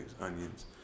onions